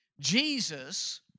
Jesus